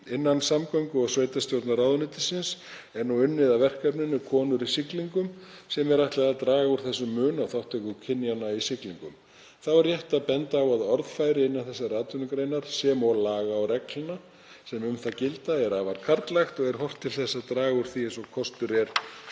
Innan samgöngu- og sveitarstjórnarráðuneytisins er nú unnið að verkefninu Konur í siglingum sem er ætlað að draga úr þessum mun á þátttöku kynjanna í siglingum. Þá er rétt að benda á að orðfæri innan þessarar atvinnugreinar sem og laga og reglna sem um það gilda er afar karllægt og er horft til þess að draga úr því eins og kostur er í